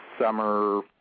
summer